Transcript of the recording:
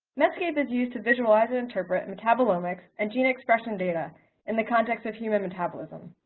metscape is used to visualize and interpret metabolomic and gene expression data in the context of human metabolism.